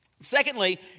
Secondly